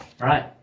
right